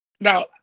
now